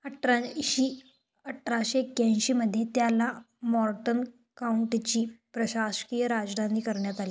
अठरा शे अठराशे एक्याऐंशीमध्ये त्याला मॉर्टन काउंटिची प्रशासकीय राजधानी करण्यात आले